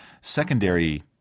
secondary